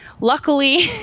luckily